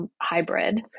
hybrid